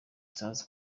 nzaza